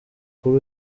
kuri